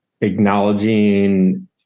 acknowledging